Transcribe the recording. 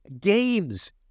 games